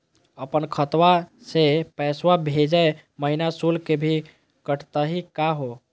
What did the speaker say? अपन खतवा से पैसवा भेजै महिना शुल्क भी कटतही का हो?